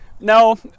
No